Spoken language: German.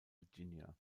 virginia